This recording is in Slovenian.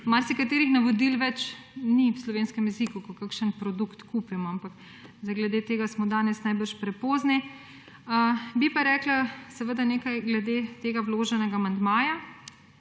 marsikaterih navodil več ni v slovenskem jeziku, ko kakšen produkt kupimo. Ampak zdaj glede tega smo danes najbrž prepozni. Bi pa rekla seveda nekaj glede tega vloženega amandmaja.